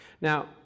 Now